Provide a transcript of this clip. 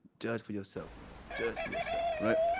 judge for yourself, man, judge for yourself. right?